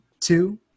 two